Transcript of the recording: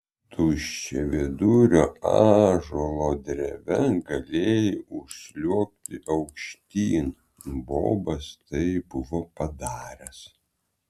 tuščiavidurio ąžuolo dreve galėjai užsliuogti aukštyn bobas tai buvo padaręs